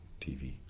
TV